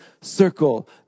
circle